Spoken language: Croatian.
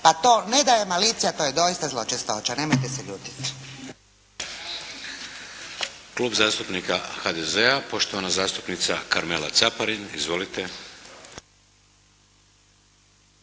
Pa to ne da je malicija to je doista zločestoća. Nemojte se ljutiti.